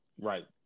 right